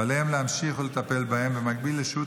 ועליהם להמשיך ולטפל בהם במקביל לשהות